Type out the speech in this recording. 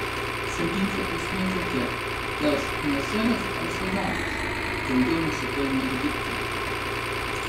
šio ginčo esmė tokia kas naseras ar sadatas daugiau nusipelnė egiptui